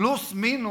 פלוס מינוס,